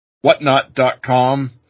whatnot.com